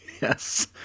Yes